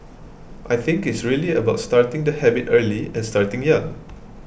I think it's really about starting the habit early and starting young